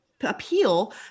appeal